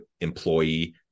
employee